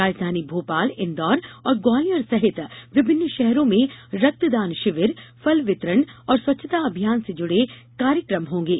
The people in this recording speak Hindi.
राजधानी भोपाल इन्दौर और ग्वालियर सहित विभिन्न शहरों में रक्तदान शिविर फल वितरण और स्वच्छता अभियान से जुड़े कार्यक्रम होंगे